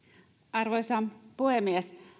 arvoisa puhemies